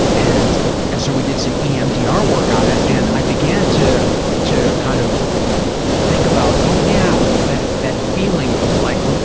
and and so, we did some emdr work on it and i began to to kind of think about, oh, yeah, that that feeling of like,